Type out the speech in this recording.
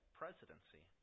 presidency